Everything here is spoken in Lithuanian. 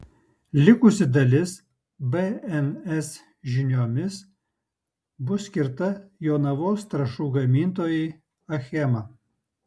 likusi dalis bns žiniomis bus skirta jonavos trąšų gamintojai achema